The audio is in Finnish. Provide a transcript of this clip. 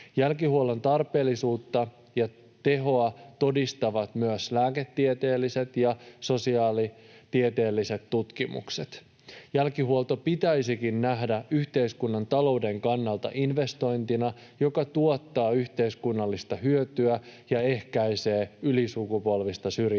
Jälkihuollon tarpeellisuutta ja tehoa todistavat myös lääketieteelliset ja sosiaalitieteelliset tutkimukset. Jälkihuolto pitäisikin nähdä yhteiskunnan talouden kannalta investointina, joka tuottaa yhteiskunnallista hyötyä ja ehkäisee ylisukupolvista syrjäytymistä.